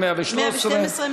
113. 112,